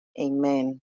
amen